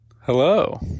Hello